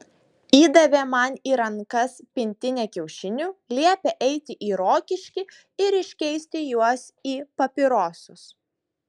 įdavė man į rankas pintinę kiaušinių liepė eiti į rokiškį ir iškeisti juos į papirosus